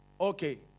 Okay